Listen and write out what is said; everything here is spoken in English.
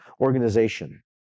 organization